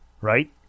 right